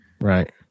Right